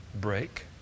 break